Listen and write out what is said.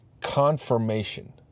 confirmation